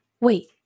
wait